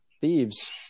thieves